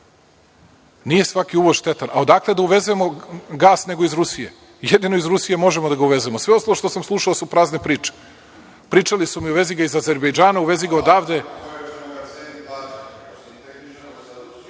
Nije svaki uvoz štetan, a odakle da uvezemo gas nego iz Rusije. Jedino iz Rusije možemo da ga uvezemo. Sve ostalo što smo slušao su prazne priče. Pričali su mi – uvezi ga iz Azerbejdžana, uvezi ga